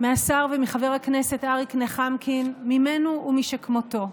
מהשר ומחבר הכנסת אריק נחמקין, ממנו ומשכמותו.